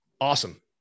awesome